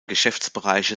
geschäftsbereiche